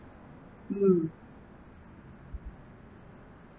oo